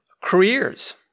Careers